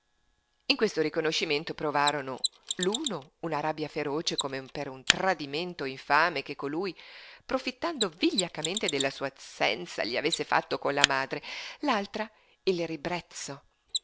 in questo riconoscimento provarono l'uno una rabbia feroce come per un tradimento infame che colui profittando vigliaccamente della sua assenza gli avesse fatto con la madre l'altra il ribrezzo